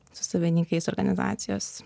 su savininkais organizacijos